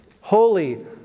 holy